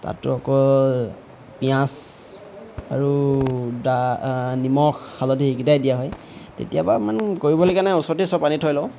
তাতো অকল পিঁয়াজ আৰু দা নিমখ হালধি এইকেইটাই দিয়া হয় কেতিয়াবা ইমান কৰিবলৈ নাই ওচৰতে চব আনি থৈ লওঁ